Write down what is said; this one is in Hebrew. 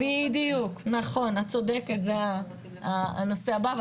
בדיוק נכון את צודקת זה הנושא הבא,